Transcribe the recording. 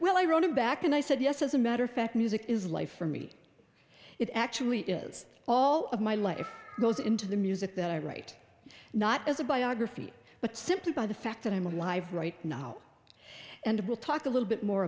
well i wrote him back and i said yes as a matter of fact music is life for me it actually is all of my life goes into the music that i write not as a biography but simply by the fact that i'm alive right now and we'll talk a little bit more